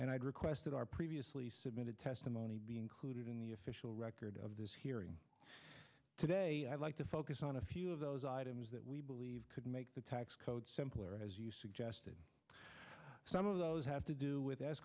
and i requested our previously submitted testimony to be included in the official record of this hearing today i'd like to focus on a few of those items that we believe could make the tax code simpler as you suggested some of those have to do with